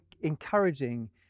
encouraging